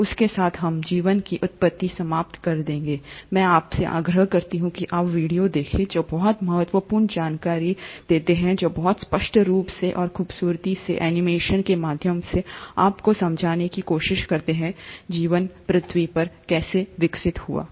तो उस के साथ हम जीवन की उत्पत्ति समाप्त कर देंगे मैं आप से आग्रह करता हूँ की आप वीडियो देखे जो बहुत जानकारीपूर्ण हैं जो बहुत स्पष्ट रूप से और खूबसूरती से एनीमेशन के माध्यम से आप को समझाने की कोशिश करते है जीवन पृथ्वी पर कैसे विकसित हुआ